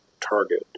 target